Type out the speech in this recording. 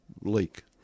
leak